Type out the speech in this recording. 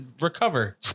recover